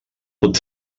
pot